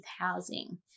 housing